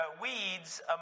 weeds